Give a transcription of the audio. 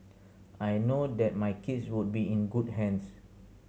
I know that my kids would be in good hands